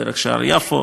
דרך שער יפו,